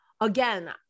Again